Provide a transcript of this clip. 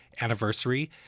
anniversary